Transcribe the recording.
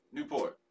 Newport